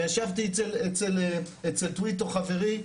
וישבתי אצל טויטו חברי,